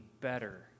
better